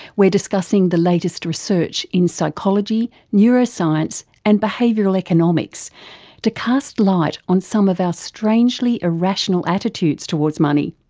we're discussing the latest research in psychology, neuroscience and behavioural economics to caste light on some of our strangely irrational attitudes towards money.